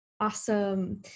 awesome